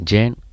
Jane